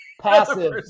passive